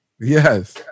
Yes